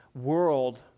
world